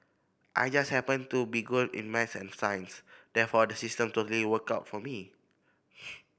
I just happened to be good in maths and science therefore the system totally worked out for me